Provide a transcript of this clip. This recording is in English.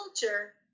culture